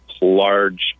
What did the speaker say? large